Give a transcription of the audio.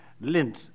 lint